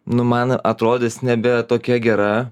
nu man atrodys nebe tokia gera